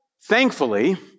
Thankfully